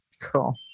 Cool